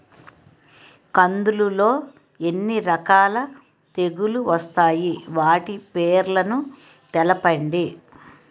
కందులు లో ఎన్ని రకాల తెగులు వస్తాయి? వాటి పేర్లను తెలపండి?